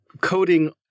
coding